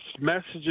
messages